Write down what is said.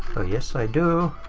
yes i do.